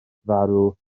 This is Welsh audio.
farw